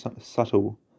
subtle